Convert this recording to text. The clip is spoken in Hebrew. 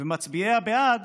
ומצביעי הבעד